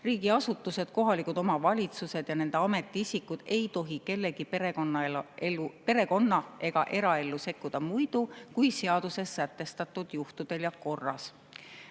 Riigiasutused, kohalikud omavalitsused ja nende ametiisikud ei tohi kellegi perekonna- ega eraellu sekkuda muidu, kui seaduses sätestatud juhtudel ja korras. On